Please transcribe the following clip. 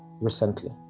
recently